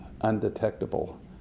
undetectable